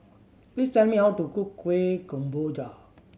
please tell me how to cook Kueh Kemboja